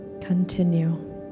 Continue